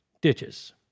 ditches